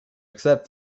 accept